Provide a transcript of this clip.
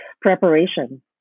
preparation